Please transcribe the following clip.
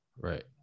Right